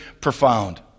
profound